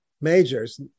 majors